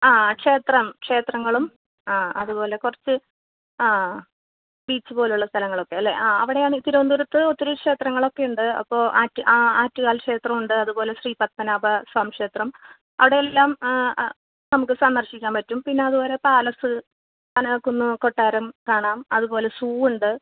ആ ക്ഷേത്രം ക്ഷേത്രങ്ങളും ആ അതുപോലെ കുറച്ച് ആ ബീച്ച് പോലുള്ള സ്ഥലങ്ങളൊക്കെ അല്ലേ ആ അവിടെയാണ് തിരുവനന്തപുരത്ത് ഒത്തിരി ക്ഷേത്രങ്ങളൊക്കെയുണ്ട് അപ്പോൾ ആ ആറ്റുകാൽ ക്ഷേത്രമുണ്ട് അതുപോലെ ശ്രീ പത്മനാഭ സ്വാമി ക്ഷേത്രം അവിടെയെല്ലാം നമുക്ക് സന്ദർശിക്കാൻ പറ്റും പിന്നെ അത് പോലെ പാലസ് കനകക്കുന്ന് കൊട്ടാരം കാണാം അതുപോലെ സൂ ഉണ്ട്